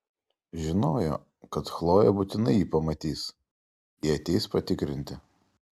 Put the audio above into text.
žinojo kad chlojė būtinai jį pamatys jei ateis patikrinti